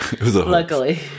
luckily